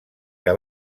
que